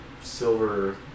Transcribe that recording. Silver